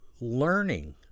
learning